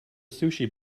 sushi